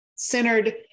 centered